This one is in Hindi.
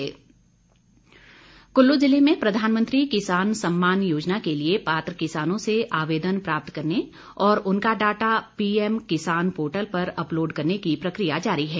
किसान सम्मान कुल्लू जिले में प्रधानमंत्री किसान सम्मान योजना के लिए पात्र किसानों से आवेदन प्राप्त करने और उनका डाटा पीएम किसान पोर्टल पर अपलोड करने की प्रक्रिया जारी है